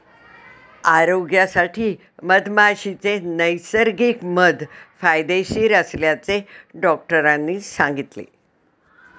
आरोग्यासाठी मधमाशीचे नैसर्गिक मध फायदेशीर असल्याचे डॉक्टरांनी सांगितले